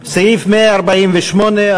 הסתייגות 148,